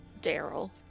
Daryl